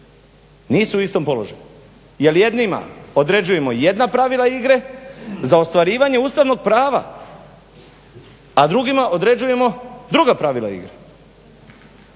Nisu u istom položaju jer jednima određujemo jedna pravila igre za ostvarivanje ustavnog prava, a drugima određujemo druga pravila igre.